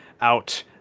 out